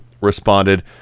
responded